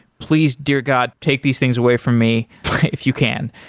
please, dear god. take these things away from me if you can.